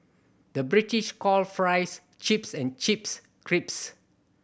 the British calls fries chips and chips crisps